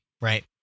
right